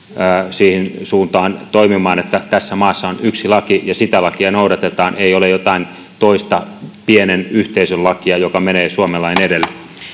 siihen suuntaan toimimaan että tässä maassa on yksi laki ja sitä lakia noudatetaan ei ole jotain toista pienen yhteisön lakia joka menee suomen lain edelle